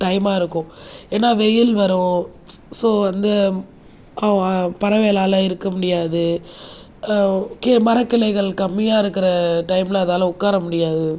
டைம்மாக இருக்கும் ஏன்னால் வெயில் வரும் ஸோ அந்த பறவைகளால் இருக்க முடியாது கீழே மரக்கிளைகள் கம்மியாக இருக்கிற டைமில் அதாலே உக்கார முடியாது